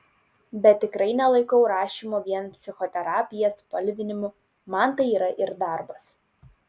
bet tikrai nelaikau rašymo vien psichoterapija spalvinimu man tai yra ir darbas